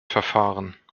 verfahren